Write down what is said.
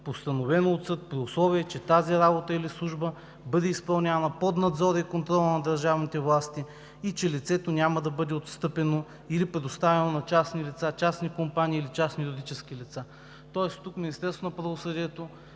постановено от съд, при условие че тази работа или служба бъде изпълнявана под надзор и контрол на държавните власти и че лицето няма да бъде отстъпено или предоставено на частни лица, частни компании, или частни юридически лица“.“ Тоест тук Министерството на правосъдието